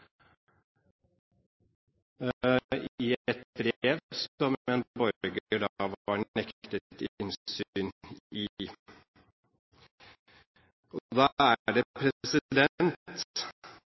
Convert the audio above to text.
i et brev som en borger var nektet innsyn i. Da er det